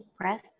breath